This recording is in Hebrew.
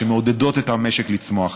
שמעודדות את המשק לצמוח,